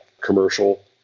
commercial